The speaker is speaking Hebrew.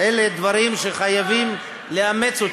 אלה דברים שחייבים לאמץ.